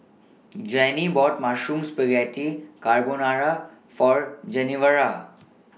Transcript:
Jeannie bought Mushroom Spaghetti Carbonara For Genevra